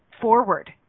forward